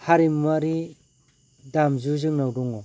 हारिमुवारि दामजु जोंनाव दङ